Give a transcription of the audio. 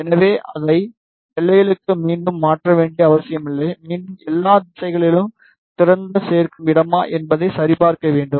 எனவே அதை எல்லைகளுக்கு மீண்டும் மாற்ற வேண்டிய அவசியமில்லை மீண்டும் எல்லா திசைகளிலும் திறந்த சேர்க்கும் இடமா என்பதை சரிபார்க்க வேண்டும்